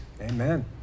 Amen